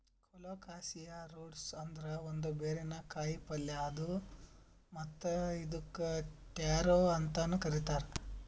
colocasia roots ಅಂದುರ್ ಒಂದ್ ಬೇರಿನ ಕಾಯಿಪಲ್ಯ್ ಅದಾ ಮತ್ತ್ ಇದುಕ್ ಟ್ಯಾರೋ ಅಂತನು ಕರಿತಾರ್